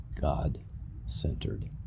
God-centered